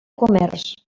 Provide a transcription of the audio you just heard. comerç